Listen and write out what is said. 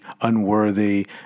unworthy